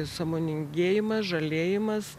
sąmoningėjimas žalėjimas